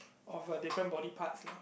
of a different body parts lah